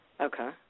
Okay